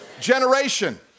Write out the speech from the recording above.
generation